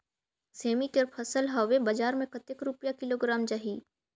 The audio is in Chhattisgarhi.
सेमी के फसल हवे बजार मे कतेक रुपिया किलोग्राम जाही?